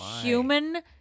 Human